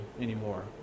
anymore